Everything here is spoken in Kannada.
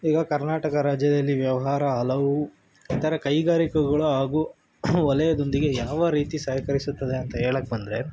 ಈಗ ಕರ್ನಾಟಕ ರಾಜ್ಯದಲ್ಲಿ ವ್ಯವಹಾರ ಹಲವು ಇತರ ಕೈಗಾರಿಕೆಗಳು ಹಾಗೂ ವಲಯದೊಂದಿಗೆ ಯಾವ ರೀತಿ ಸಹಕರಿಸುತ್ತದೆ ಅಂತ ಹೇಳಕೆ ಬಂದರೆ